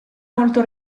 molto